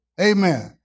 Amen